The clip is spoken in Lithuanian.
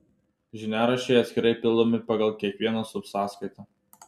žiniaraščiai atskirai pildomi pagal kiekvieną subsąskaitą